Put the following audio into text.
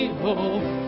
hope